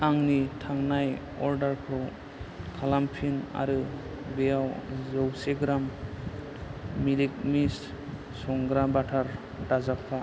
आंनि थांनाय अर्डारखौ खालामफिन आरो बेयाव जौसे ग्राम मिल्क मिस संग्रा बाटार दाजाबफा